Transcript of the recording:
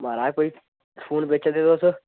महाराज कोई फोन बेचै दे तुस